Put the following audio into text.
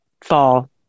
fall